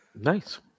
nice